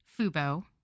Fubo